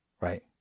Right